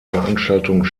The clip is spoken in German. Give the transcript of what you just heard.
veranstaltung